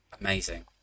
amazing